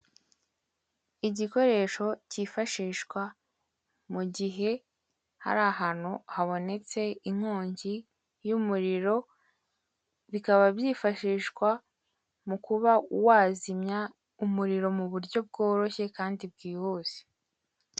Igikoresho kifashishwa mu gihe hari ahantu habonetse inkongi y'umuriro bikaba byifashishwa mu kuba wazimya umuriro mu buryo bworoshye kandi bwihuse.